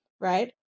right